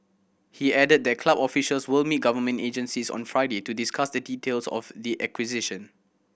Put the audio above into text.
he added that club officials will meet government agencies on Friday to discuss the details of the acquisition